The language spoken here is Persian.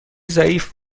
ضعیف